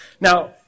Now